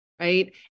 right